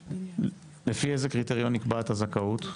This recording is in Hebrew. לפי איזה קריטריון נקבעת הזכאות?